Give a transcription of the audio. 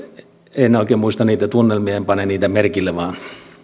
en oikein muista niitä tunnelmia en pane niitä merkille vaan